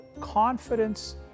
Confidence